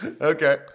Okay